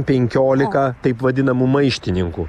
penkiolika taip vadinamų maištininkų